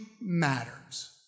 matters